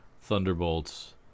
Thunderbolts